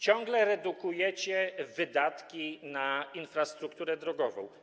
Ciągle redukujecie wydatki na infrastrukturę drogową.